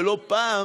ולא פעם